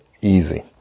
easy